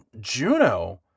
Juno